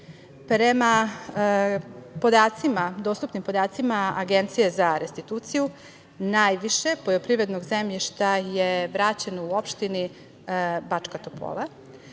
Prema podacima, dostupnim podacima Agencije za restituciju, najviše poljoprivrednog zemljišta je vraćeno u opštini Bačka Topola,